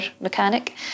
mechanic